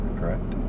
correct